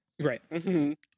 Right